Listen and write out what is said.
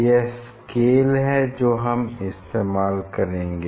यह स्केल है जो हम इस्तेमाल करेंगे